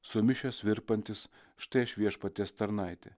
sumišęs virpantis štai aš viešpaties tarnaitė